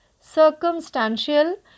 circumstantial